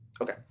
Okay